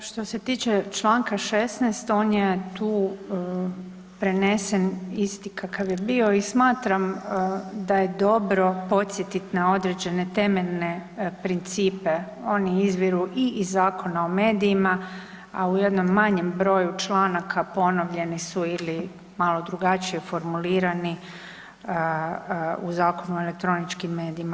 Pa što se tiče čl. 16., on je tu prenesen isti kakav je bio i smatram da je dobro podsjetiti na određene temeljene principe, oni izviru iz Zakona o medijima, a u jednom manjem broju članaka ponovljeni ili malo drugačije formulirani u Zakonu o elektroničkim medijima.